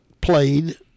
played